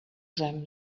them